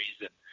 reason